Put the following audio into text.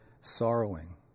sorrowing